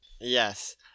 Yes